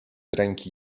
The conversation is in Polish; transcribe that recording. ręki